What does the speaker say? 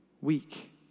weak